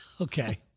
Okay